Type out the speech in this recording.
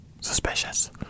suspicious